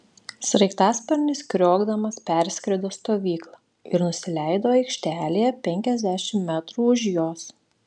sraigtasparnis kriokdamas perskrido stovyklą ir nusileido aikštelėje penkiasdešimt metrų už jos